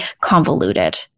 convoluted